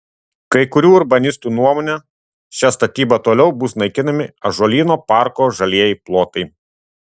kai kurių urbanistų nuomone šia statyba toliau bus naikinami ąžuolyno parko žalieji plotai